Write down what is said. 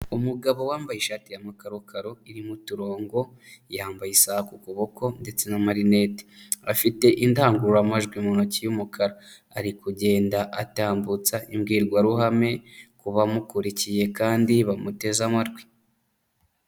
Umugabo wambaye ishati y'amakakaro iririmo uturongo yambaye isa ku kuboko ndetse n'amarinete afite indangururamajwi mu ntoki y'umukara ari kugenda atambutsa imbwirwaruhame kubamukurikiye kandi bamuteze amatwi.